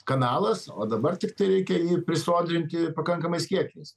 kanalas o dabar tiktai reikia jį prisodrinti pakankamais kiekiais